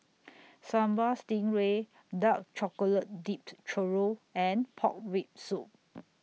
Sambal Stingray Dark Chocolate Dipped Churro and Pork Rib Soup